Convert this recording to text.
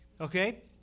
okay